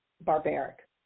barbaric